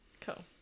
Cool